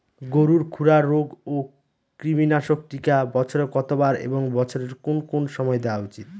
গরুর খুরা রোগ ও কৃমিনাশক টিকা বছরে কতবার এবং বছরের কোন কোন সময় দেওয়া উচিৎ?